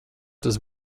tas